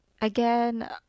again